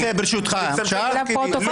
פרופ'